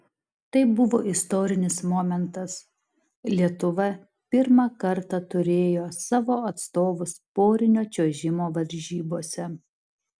tai buvo istorinis momentas lietuva pirmą kartą turėjo savo atstovus porinio čiuožimo varžybose